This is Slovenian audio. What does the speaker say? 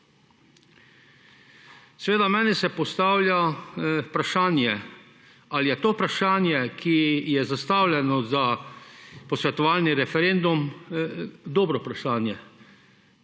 Seveda, meni se postavlja vprašanje, ali je to vprašanje, ki je zastavljeno za posvetovalni referendum, dobro vprašanje?